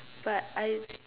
but I